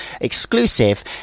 exclusive